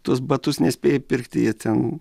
tuos batus nespėji pirkti jie ten